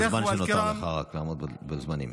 בזמן שנותר לך, רק לעמוד בזמנים.